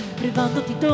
privandoti